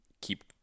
keep